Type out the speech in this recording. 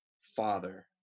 Father